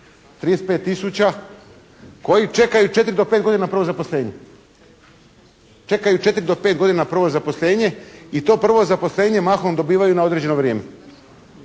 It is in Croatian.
35 tisuća koji čekaju 4 do 5 godina prvo zaposlenje. Čekaju 4 do 5 godina prvo zaposlenje i to prvo zaposlenje mahom dobivaju na određeno vrijeme